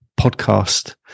podcast